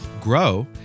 grow